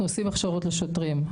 אנחנו עושים הכשרות לשוטרים,